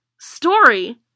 Story